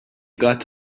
got